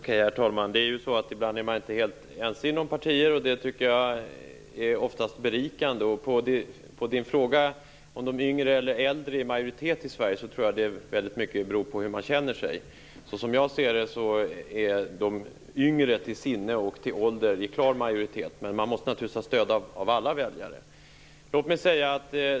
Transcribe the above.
Herr talman! Ibland är man inte helt ense inom partier, och det tycker jag oftast är berikande. På Sten Anderssons fråga om huruvida de yngre eller äldre är i majoritet i Sverige vill jag svara att jag tror att det väldigt mycket beror på hur man känner sig. Som jag ser det är de yngre, till sinne och ålder, i klar majoritet, men man måste naturligtvis ha stöd av alla väljare.